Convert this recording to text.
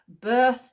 birth